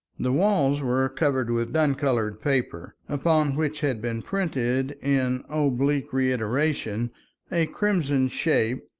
the walls were covered with dun-colored paper, upon which had been printed in oblique reiteration a crimson shape,